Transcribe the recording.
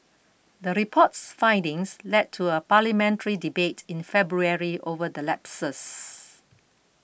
the report's findings led to a parliamentary debate in February over the lapses